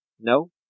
No